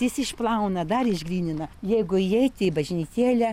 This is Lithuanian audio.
jis išplauna dar išgrynina jeigu įeiti į bažnytėlę